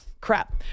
crap